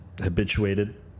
habituated